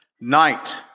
Night